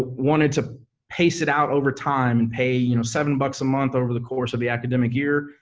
wanted to pace it out over time and pay, you know, seven bucks a month over the course of the academic year,